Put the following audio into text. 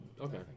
Okay